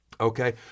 okay